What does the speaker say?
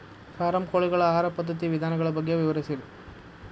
form ಕೋಳಿಗಳ ಆಹಾರ ಪದ್ಧತಿಯ ವಿಧಾನಗಳ ಬಗ್ಗೆ ವಿವರಿಸಿ